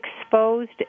exposed